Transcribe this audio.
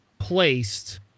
placed